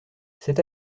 c’est